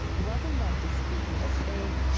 welcome back to speaking of faith,